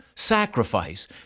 Sacrifice